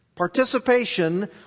Participation